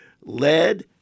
lead